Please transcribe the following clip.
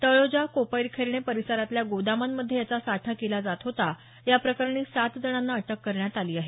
तळोजा कोपरखैरणे परिसरातल्या गोदामांमध्ये याचा साठा केला जात होता या प्रकरणी सात जणांना अटक करण्यात आली आहे